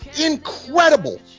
incredible